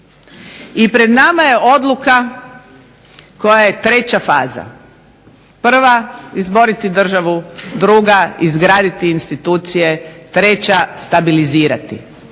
I pred nama je odluka koja je treća faza. Prva, izboriti državu. Druga, izgraditi institucije. Treća, stabilizirati.